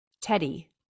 Teddy